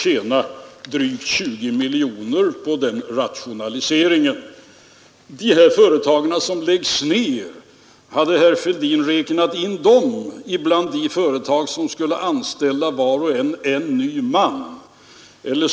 Är det ens någon borgerligt ansvarig kommunalman som vågar gå ut till väljarna och garantera att ett annat skattesystem skulle ge lägre kommunalskatter?